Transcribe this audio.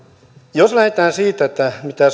jos lähdetään siitä mitä